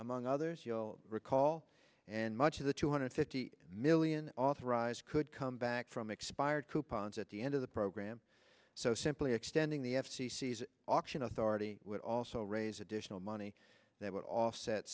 among others you'll recall and much of the two hundred fifty million authorized could come back from expired coupons at the end of the program so simply extending the f c c auction authority would also raise additional money that would offset